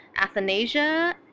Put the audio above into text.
Athanasia